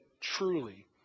truly